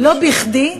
לא בכדי,